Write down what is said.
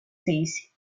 says